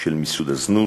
של מיסוד הזנות.